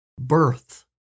birth